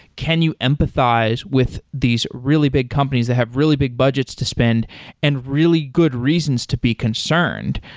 can you empathize with these really big companies that have really big budgets to spend and really good reasons to be concerned?